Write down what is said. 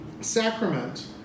sacrament